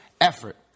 effort